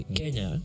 kenya